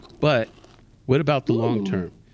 but what about the long term?